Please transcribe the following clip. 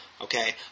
Okay